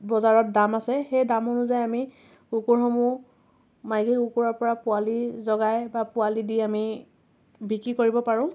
বজাৰত দাম আছে সেই দাম অনুযায়ী আমি কুকুৰসমূহ মাইকী কুকুৰৰ পৰা পোৱালী জগাই বা পোৱালী দি আমি বিক্ৰী কৰিব পাৰোঁ